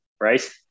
right